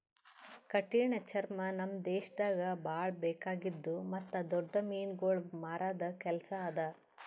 ಕಠಿಣ ಚರ್ಮ ನಮ್ ದೇಶದಾಗ್ ಭಾಳ ಬೇಕಾಗಿದ್ದು ಮತ್ತ್ ದೊಡ್ಡ ಮೀನುಗೊಳ್ ಮಾರದ್ ಕೆಲಸ ಅದಾ